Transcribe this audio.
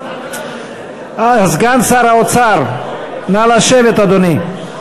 סגן שר האוצר, נא לשבת, אדוני.